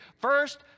First